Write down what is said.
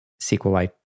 SQLite